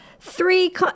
Three